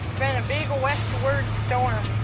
been a big westward storm. oh,